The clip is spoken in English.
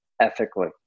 ethically